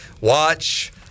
watch